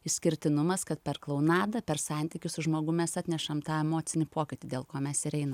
išskirtinumas kad per klounadą per santykius su žmogum mes atnešam tą emocinį pokytį dėl ko mes ir einam